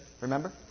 remember